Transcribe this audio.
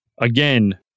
Again